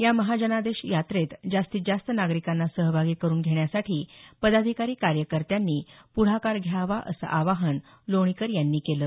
या महाजनादेश यात्रेत जास्तीत जास्त नागरिकांना सहभागी करून घेण्यासाठी पदाधिकारी कार्यकर्त्यांनी पुढाकार घ्यावा असं आवाहन लोणीकर यांनी केलं